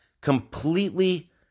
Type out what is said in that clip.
completely